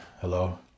hello